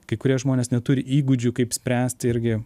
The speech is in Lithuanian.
kai kurie žmonės neturi įgūdžių kaip spręsti irgi